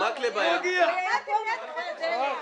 היינו כאן.